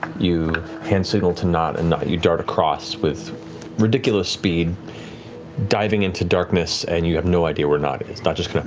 you hand signal to nott and nott, you dart across with ridiculous speed diving into darkness and you have no idea where nott is. nott just kind of